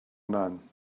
none